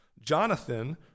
Jonathan